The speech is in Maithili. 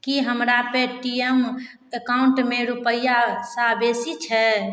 की हमरा पेटीएम अकॉउन्टमे रूपैआसँ बेसी छै